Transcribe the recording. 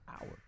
hour